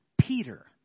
Peter